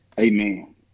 Amen